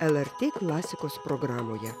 lrt klasikos programoje